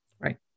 Right